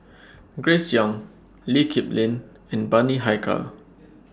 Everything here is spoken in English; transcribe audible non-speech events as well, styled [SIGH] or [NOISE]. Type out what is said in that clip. [NOISE] Grace Young Lee Kip Lin and Bani Haykal [NOISE]